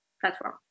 platform